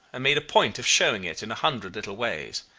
and made a point of showing it in a hundred little ways.